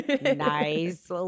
Nice